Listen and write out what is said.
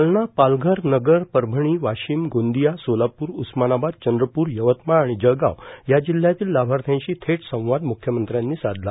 जालना पालघर नगर परभणी वाशिम गोंदिया सोलापूर उस्मानाबाद चंद्रपूर यवतमाळ आणि जळगाव या जिल्हयातील लाभार्थ्यांशी थेट संवाद म्ख्यमंत्र्यांनी साधला